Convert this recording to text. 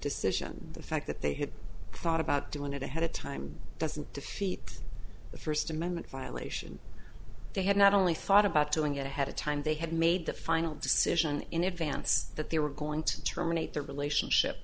decision the fact that they had thought about doing it ahead of time doesn't defeat the first amendment violation they had not only thought about doing it ahead of time they had made the final decision in advance that they were going to terminate the relationship